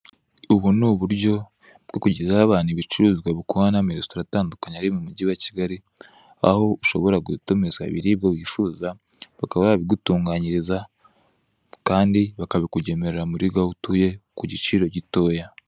Ubu ni uburyo bwo kugezaho abantu ibicuruzwa bikorana n'amaresitora ari mu mujyi wa Kigali, aho ushobora gutumiza ibiribwa wifuza bakaba babigutunganyiriza kandi bakabikugemurira mu rugo aho utuye ku giciro gitoya.